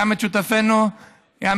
גם שותפנו דב,